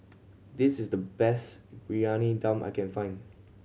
this is the best Briyani Dum I can find